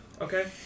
Okay